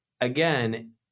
again